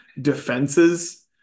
defenses